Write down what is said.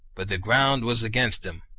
but the ground was against him.